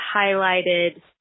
highlighted